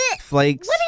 flakes